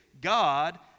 God